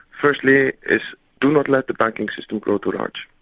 firstly, is do not let the banking system grow too large.